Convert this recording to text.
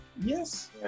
yes